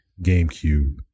GameCube